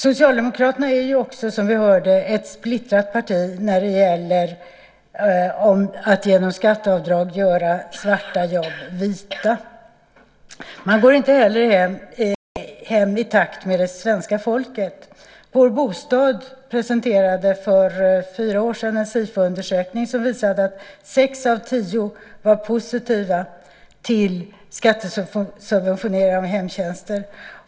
Socialdemokraterna är också, som vi hörde, ett splittrat parti när det gäller att genom skatteavdrag göra svarta jobb vita. Man går inte heller i takt med svenska folket. Vår Bostad presenterade för fyra år sedan en Sifoundersökning som visade att sex av tio var positiva till skattesubventionering av hemtjänster.